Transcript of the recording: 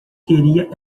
queria